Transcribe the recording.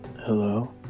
hello